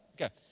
Okay